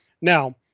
Now